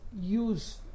use